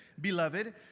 Beloved